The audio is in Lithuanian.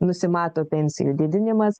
nusimato pensijų didinimas